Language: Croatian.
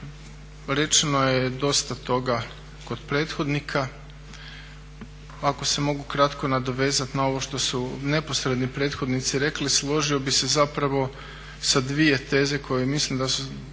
Rečeno je dosta toga kod prethodnika. Ako se mogu kratko nadovezat na ovo što su neposredni prethodni rekli, složio bih se zapravo sa dvije teze koje mislim da po